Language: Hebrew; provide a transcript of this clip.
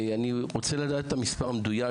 אני רוצה לדעת את המספר המדויק,